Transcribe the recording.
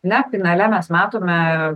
na finale mes matome